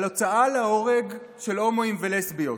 על הוצאה להורג של הומואים ולסביות.